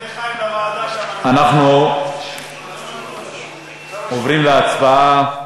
אנחנו עוברים להצבעה.